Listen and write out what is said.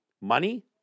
money